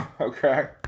Okay